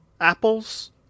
apples